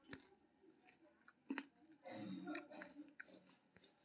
दुनिया भरि मे गाछक दूध के कारोबार एक बिंदु अड़तालीस लाख करोड़ रुपैया भए गेल छै